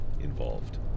involved